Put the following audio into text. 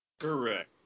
Correct